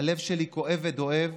הלב שלי כואב ודואב